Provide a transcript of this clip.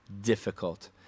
difficult